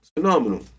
phenomenal